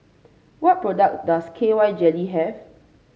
what products does K Y Jelly have